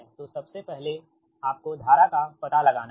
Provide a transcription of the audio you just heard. तो सबसे पहले आपको धारा का पता लगाना है